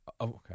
Okay